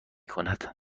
کند